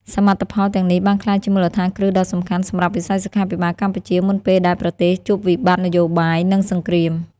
សមិទ្ធផលទាំងនេះបានក្លាយជាមូលដ្ឋានគ្រឹះដ៏សំខាន់សម្រាប់វិស័យសុខាភិបាលកម្ពុជា មុនពេលដែលប្រទេសជួបវិបត្តិនយោបាយ និងសង្គ្រាម។